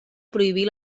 prohibir